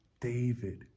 David